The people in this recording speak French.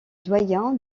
doyen